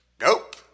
Nope